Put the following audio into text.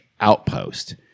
outpost